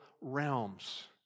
realms